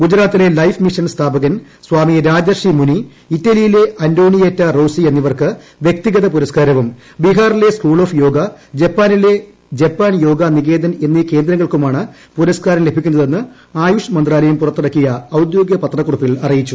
ഗുജറാത്തിലെ life mission സ്ഥാപകൻ സ്വാമി രാജർഷി മുനി ഇറ്റലിയിലെ അന്റോണിയേറ്റ റോസി എന്നിവർക്ക് വൃക്തിഗത പുരസ്ക്കാരവും ബിഹാറിലെ സ്കൂൾ ഓഫ് യോഗ ജപ്പാനിലെ ജപ്പാൻ യോഗ നികേതൻ എന്നീ കേന്ദ്രങ്ങൾക്കുമാണ് പുരസ്ക്കാരം ലഭിക്കുന്നതെന്ന് ആയുഷ് മന്ത്രാലയം പുറത്തിറക്കിയ ഔദ്യോഗിക പത്രക്കുറിപ്പിൽ അറിയിച്ചു